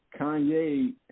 Kanye